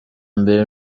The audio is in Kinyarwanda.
mbere